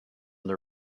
that